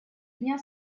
дня